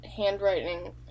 Handwriting